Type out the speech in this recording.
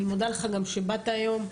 אני מודה לך גם שבאת היום.